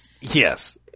Yes